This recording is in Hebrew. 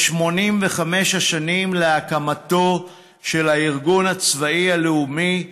85 השנים להקמתו של הארגון הצבאי הלאומי,